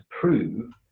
prove